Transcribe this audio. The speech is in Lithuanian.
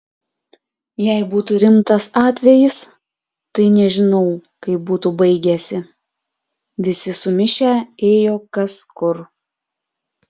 jei būtų rimtas atvejis tai nežinau kaip būtų baigęsi visi sumišę ėjo kas kur